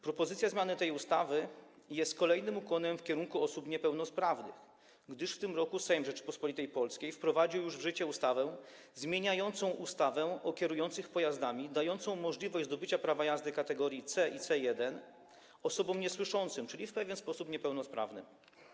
Propozycja zmiany tej ustawy jest kolejnym ukłonem w kierunku osób niepełnosprawnych, gdyż w tym roku Sejm Rzeczypospolitej Polskiej wprowadził już w życie ustawę zmieniającą ustawę o kierujących pojazdami, dając możliwość zdobycia prawa jazdy kategorii C i C1 osobom niesłyszącym, czyli w pewien sposób niepełnosprawnym.